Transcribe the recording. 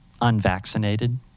unvaccinated